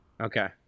Okay